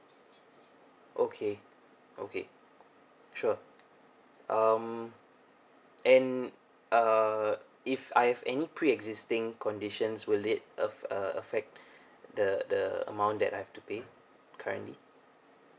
okay okay sure um and uh if I have any pre existing conditions will it uh uh affect the the amount that I have to pay currently